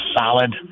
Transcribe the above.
solid